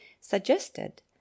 suggested